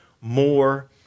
more